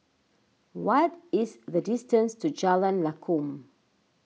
what is the distance to Jalan Lakum